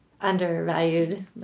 undervalued